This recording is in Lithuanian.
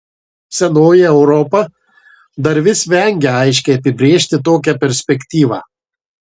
senoji europa dar vis vengia aiškiai apibrėžti tokią perspektyvą